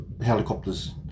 helicopters